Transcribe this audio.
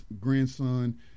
grandson